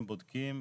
הם בודקים.